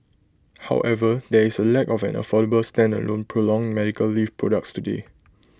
however there is A lack of an affordable stand alone prolonged medical leave products today